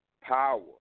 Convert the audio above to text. power